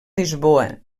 lisboa